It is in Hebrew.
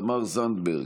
תמר זנדברג,